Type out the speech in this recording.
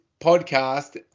podcast